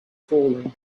falling